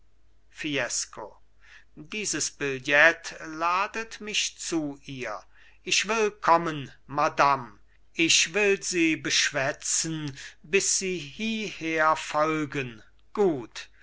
fiesco dieses billet ladet mich zu ihr ich will kommen madam ich will sie beschwätzen bis sie hieher folgen gut